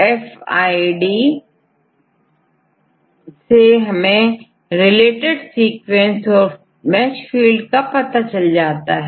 PIRSFidसे हमें related sequence और match field का पता चल जाता है